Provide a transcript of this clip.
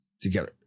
together